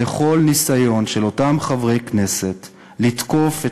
לכל ניסיון של אותם חברי כנסת לתקוף את